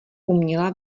uměla